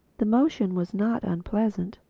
the motion was not unpleasant,